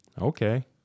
Okay